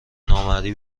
نامرئی